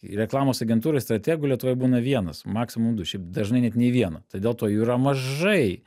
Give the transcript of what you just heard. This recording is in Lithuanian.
reklamos agentūroj strategų lietuvoje būna vienas nu maksimum du šiaip dažnai net nei vieno tai dėl to jų yra mažai